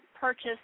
purchase